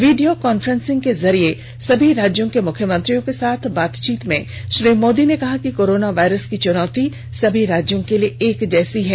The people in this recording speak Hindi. वीडियो कांफ्रेंस के जरिए सभी राज्यों के मुख्यमंत्रियों के साथ बातचीत में श्री मोदी ने कहा कि कोरोना वायरस की चुनौती सभी राज्यों के लिए एक जैसी है